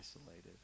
isolated